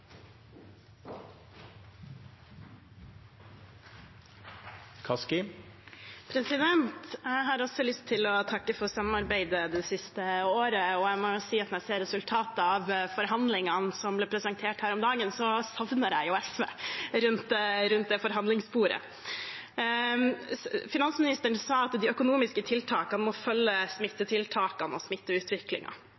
Jeg har også lyst til å takke for samarbeidet det siste året, og jeg må si at når jeg ser resultatet av forhandlingene som ble presentert her om dagen, så savner jeg SV rundt det forhandlingsbordet. Finansministeren sa at de økonomiske tiltakene må følge